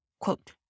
quote